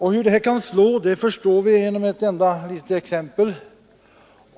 Hur detta system kan slå förstår vi av ett enda litet exempel.